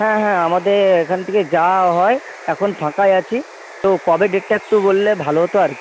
হ্যাঁ হ্যাঁ আমাদের এখান থেকে যাওয়া হয় এখন ফাঁকাই আছি তো কবে ডেটটা একটু বললে ভালো হতো আর কি